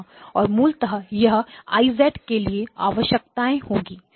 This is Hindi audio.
और मूलतः यह I के लिए आवश्यकताएं होंगी